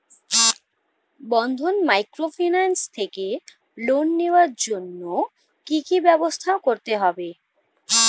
বন্ধন microfinance থেকে loan নেওয়ার জন্য কি কি ব্যবস্থা করতে হবে?